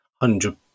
hundred